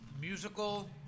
musical